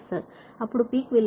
అప్పుడు పీక్ విలువ cos ωt βx 1